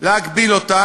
להגביל אותה,